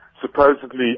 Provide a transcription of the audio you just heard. supposedly